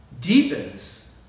deepens